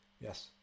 yes